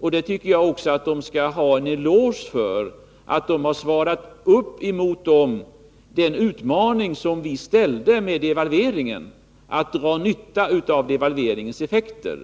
Jag tycker att de skall ha en eloge för att de antagit den utmaning som devalveringen innebar och dragit nytta av devalveringens effekter.